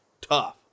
tough